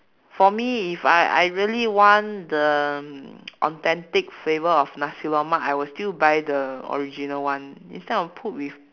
for me if I I really want the mm authentic flavour of nasi-lemak I will still buy the original one instead of put with